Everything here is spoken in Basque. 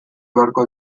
beharko